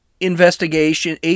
investigation